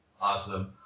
Awesome